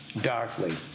darkly